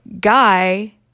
guy